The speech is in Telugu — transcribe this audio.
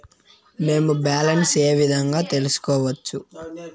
మేము బ్యాలెన్స్ ఏ విధంగా తెలుసుకోవచ్చు?